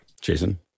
Jason